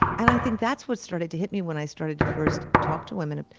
and i think that's what started to hit me when i started to first talk to women. ah